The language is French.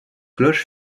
cloche